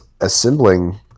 assembling